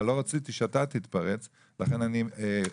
אבל לא רציתי שאתה תתפרץ לכן אני מדבר,